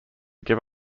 give